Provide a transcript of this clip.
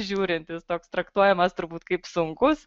žiūrintis toks traktuojamas turbūt kaip sunkus